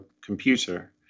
computer